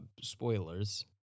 spoilers